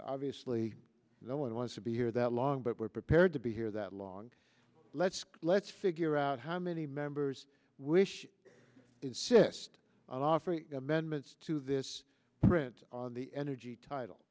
obviously no one wants to be here that long but we're prepared to be here that long let's let's figure out how many members wish insist on offering amendments to this thread on the energy title